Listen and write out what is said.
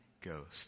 Ghost